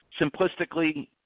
simplistically